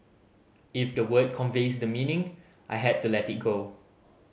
if the word conveys the meaning I had to let it go